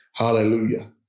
Hallelujah